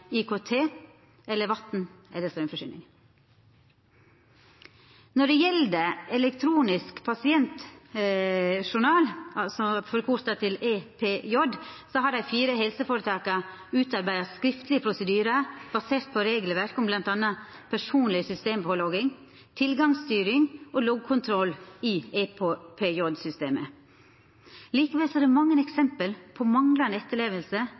IKT, eller med vatn- eller straumforsyninga. Når det gjeld elektronisk pasientjournal, EPJ, har dei fire helseføretaka utarbeidd skriftlege prosedyrar basert på regelverket om bl.a. personleg systempålogging, tilgangsstyring og loggkontroll i EPJ-systemet. Likevel er det mange eksempel på